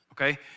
okay